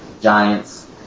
giants